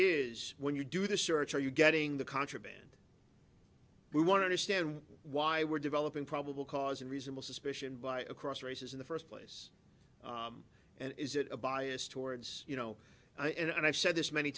is when you do the search are you getting the contraband we want to stand why we're developing probable cause and reasonable suspicion by across races in the first place and is it a bias towards you know and i've said this many